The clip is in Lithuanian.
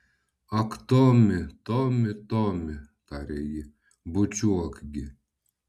ak tomi tomi tomi tarė ji bučiuok gi